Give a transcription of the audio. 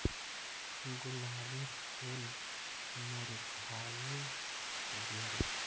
गुलाबेर फूल मुर्झाए गेल